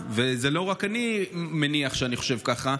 ואני מניח שלא רק אני חושב ככה,